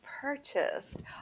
purchased